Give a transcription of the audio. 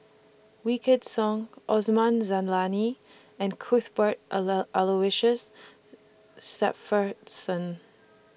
Wykidd Song Osman Zailani and Cuthbert Aloysius Shepherdson